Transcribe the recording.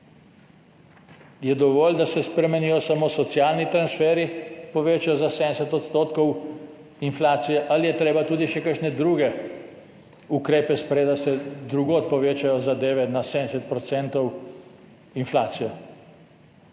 Je dovolj, da se spremenijo samo socialni transferji, povečajo za 70 % inflacije ali je treba tudi še kakšne druge ukrepe sprejeti, da se drugod povečajo zadeve na 70 % inflacije?